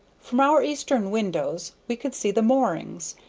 from our eastern windows we could see the moorings,